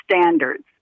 standards